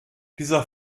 dieser